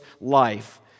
life